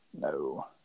No